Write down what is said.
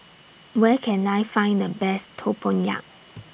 Where Can I Find The Best Tempoyak